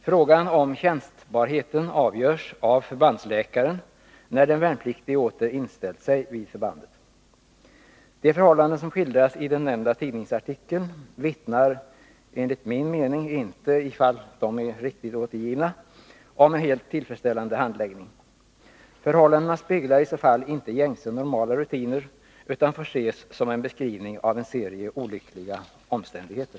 Frågan om tjänstbarheten avgörs av förbandsläkaren, när den värnpliktige åter inställt sig vid förbandet. De förhållanden som skildras i den nämnda tidningsartikeln vittnar enligt min mening inte, ifall de är riktigt återgivna, om en helt tillfredsställande handläggning. Förhållandena speglar i så fall inte gängse rutiner, utan får ses som en beskrivning av en serie olyckliga omständigheter.